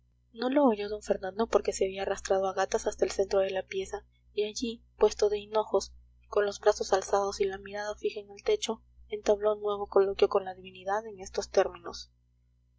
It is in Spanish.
no lo oyó d fernando porque se había arrastrado a gatas hasta el centro de la pieza y allí puesto de hinojos con los brazos alzados y la mirada fija en el techo entabló nuevo coloquio con la divinidad en estos términos